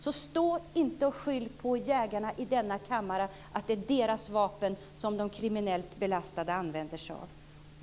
Så stå inte i denna kammare och skyll på jägarna att det är deras vapen som de kriminellt belastade använder sig av.